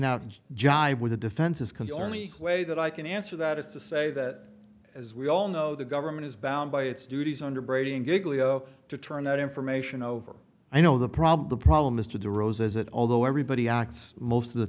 not jibe with the defense's can only way that i can answer that is to say that as we all know the government is bound by its duties under brady and giggly zero to turn that information over i know the problem the problem is to the roses that although everybody acts most of the